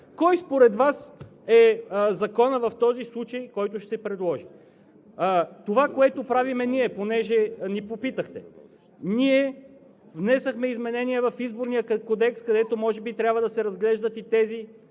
Кой според Вас е законът в този случай, който ще се приложи? Това, което правим ние, понеже ни попитахте – ние внесохме изменение в Изборния кодекс, където може би трябва да се разглеждат и тези